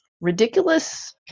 ridiculous